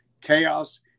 chaos